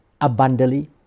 abundantly